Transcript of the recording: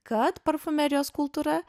kad parfumerijos kultūra